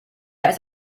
heißt